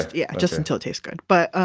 yeah, just until it tastes good. but